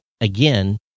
again